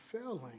failing